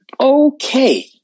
Okay